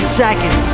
second